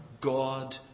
God